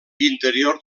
interior